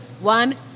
one